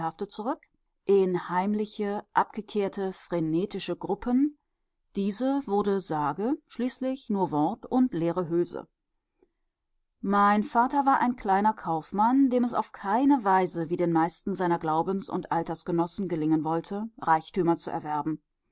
zurück in heimliche abgekehrte frenetische gruppen diese wurde sage schließlich nur wort und leere hülse mein vater war kleiner kaufmann dem es auf keine weise wie den meisten seiner glaubens und altersgenossen gelingen wollte reichtümer zu erwerben